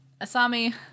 Asami